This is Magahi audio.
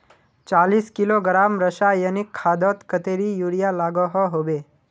चालीस किलोग्राम रासायनिक खादोत कतेरी यूरिया लागोहो होबे?